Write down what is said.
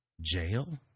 jail